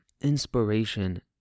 inspiration